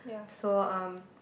so um